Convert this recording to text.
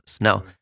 now